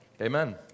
Amen